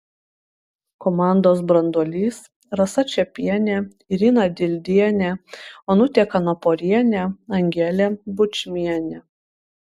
komandos branduolys rasa čepienė irina dildienė onutė kanaporienė angelė bučmienė